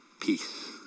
peace